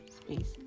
space